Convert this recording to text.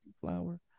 flower